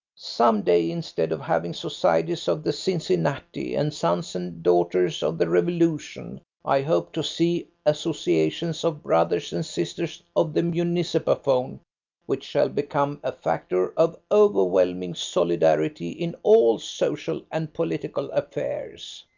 some day instead of having societies of the cincinnati, and sons and daughters of the revolution i hope to see associations of brothers and sisters of the municipaphone which shall become a factor of overwhelming solidarity in all social and political affairs.